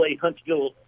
Huntsville